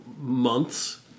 months